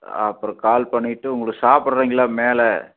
அப்புறம் கால் பண்ணிவிட்டு உங்களுக்கு சாப்பிட்றீங்களா மேலே